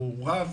הוא רב.